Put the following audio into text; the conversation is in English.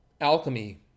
alchemy